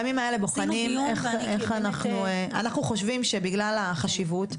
אנחנו חושבים שבגלל החשיבות,